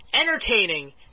entertaining